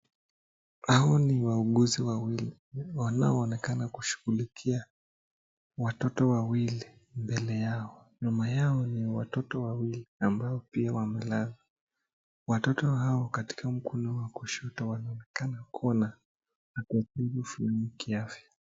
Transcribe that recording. Hawa ni wauguzi wawili wanao onekena kushughulikia watoto wawili mbele yao. Nyuma yao ni watoto wawili ambao pia wamelala. Watoto hao katika mkono Wa kushoto wanaonekana kuwa na upungufu kiasi.